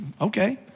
Okay